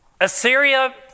Assyria